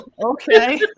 okay